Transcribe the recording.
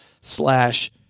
slash